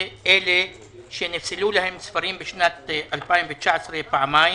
אלה שנפסלו להם ספרים בשנת 2019 פעמיים